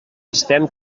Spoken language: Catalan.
estem